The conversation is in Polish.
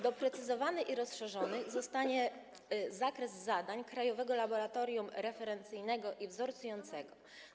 Doprecyzowany i rozszerzony zostanie zakres zadań Krajowego Laboratorium Referencyjnego i Wzorcującego.